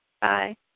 Bye